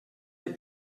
del